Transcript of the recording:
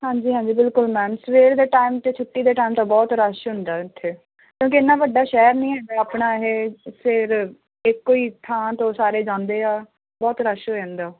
ਹਾਂਜੀ ਹਾਂਜੀ ਬਿਲਕੁਲ ਮੈਮ ਸਵੇਰ ਦੇ ਟਾਈਮ ਅਤੇ ਛੁੱਟੀ ਦੇ ਟਾਈਮ 'ਤੇ ਬਹੁਤ ਰਸ਼ ਹੁੰਦਾ ਇਥੇ ਕਿਉਂਕਿ ਇੰਨਾਂ ਵੱਡਾ ਸ਼ਹਿਰ ਨਹੀਂ ਹੈਗਾ ਆਪਣਾ ਇਹ ਫਿਰ ਇੱਕੋ ਹੀ ਥਾਂ ਤੋਂ ਸਾਰੇ ਜਾਂਦੇ ਆ ਬਹੁਤ ਰਸ਼ ਹੋ ਜਾਂਦਾ